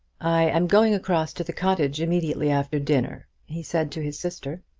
i am going across to the cottage immediately after dinner, he said to his sister.